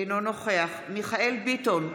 אינו נוכח מיכאל מרדכי ביטון,